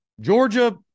Georgia